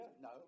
No